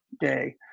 day